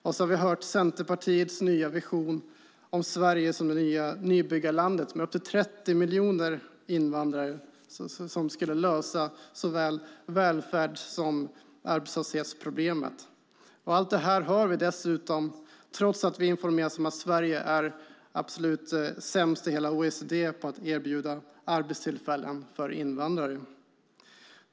Vi har också hört Centerpartiets nya vision om Sverige som det nya nybyggarlandet med upp till 30 miljoner invandrare som skulle lösa såväl välfärds som arbetslöshetsproblemet. Allt detta hör vi dessutom trots att vi har informerats om att Sverige är absolut sämst i hela OECD på att erbjuda arbetstillfällen för invandrare.